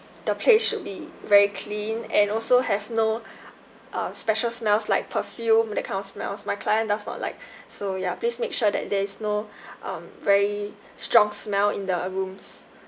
the place should be very clean and also have no uh special smells like perfume that kind of smells my client does not like so ya please make sure that there is no um very strong smell in the rooms